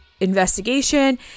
investigation